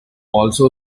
also